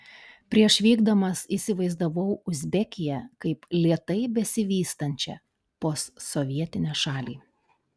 prieš vykdamas įsivaizdavau uzbekiją kaip lėtai besivystančią postsovietinę šalį